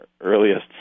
earliest